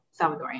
Salvadorian